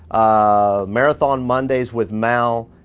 ah marathon mondays with mal,